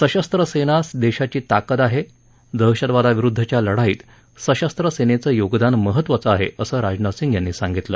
सशस्त्र सेना देशाची ताकद आहे दहशतवादाविरुद्धच्या लढाईत सशस्त्र सेनेचं योगदान महत्वाचं आहे असं राजनाथ सिंह यांनी सांगितलं